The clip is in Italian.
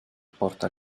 porta